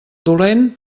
dolent